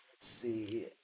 see